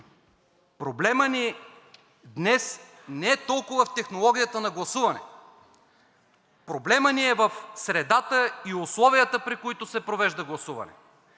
проблемът ни днес не е толкова в технологията на гласуване, проблемът ни е в средата и условията, при които се провежда гласуване,